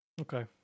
Okay